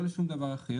לא לשום דבר אחר,